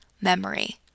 memory